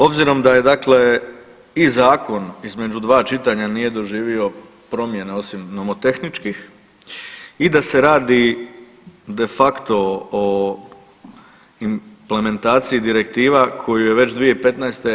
Obzirom da je dakle i zakon između dva čitanja nije doživio promjene osim nomotehničkih i da se radi de facto o implementaciji dikrektiva koju je već 2015.